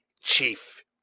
chief